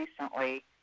recently